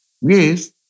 Yes